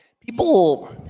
people